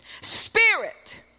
spirit